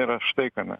yra štai kame